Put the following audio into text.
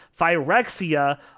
Phyrexia